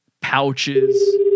pouches